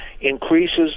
increases